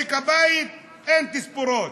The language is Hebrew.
למשק הבית אין תספורות,